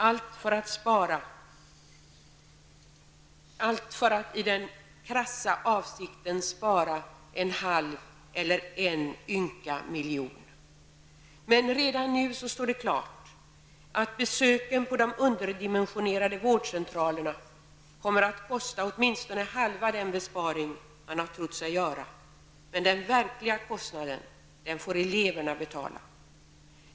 Allt detta sker med den krassa avsikten att spara en halv eller en ynka miljon. Men redan nu står det klart att besöken på de underdimensionerade vårdcentralerna kommer att kosta åtminstone halva den besparing man tror sig göra. Men den verkliga kostnaden får eleverna betala.